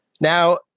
Now